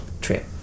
trip